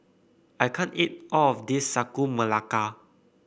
I can't eat all of this Sagu Melaka